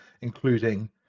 including